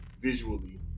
visually